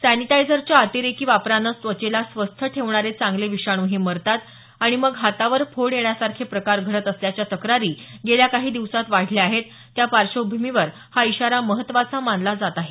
सॅनिटायझरच्या अतिरेकी वापरानं त्वचेला स्वस्थ ठेवणारे चांगले विषाणूही मरतात आणि मग हातावर फोड येण्यासारखे प्रकार घडत असल्याच्या तक्रारी गेल्या काही दिवसात वाढल्या आहेत त्या पार्श्वभूमीवर हा इशारा महत्वाचा मानला जात आहे